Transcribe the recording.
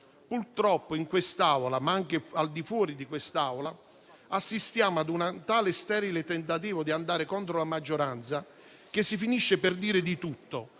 Purtroppo in quest'Aula, ma anche al di fuori, assistiamo a un tale sterile tentativo di andare contro la maggioranza, che si finisce per dire di tutto: